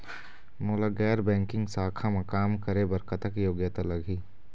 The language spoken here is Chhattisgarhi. मोला गैर बैंकिंग शाखा मा काम करे बर कतक योग्यता लगही?